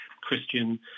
Christian